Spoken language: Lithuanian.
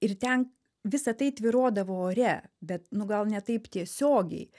ir ten visa tai tvyrodavo ore bet nu gal ne taip tiesiogiai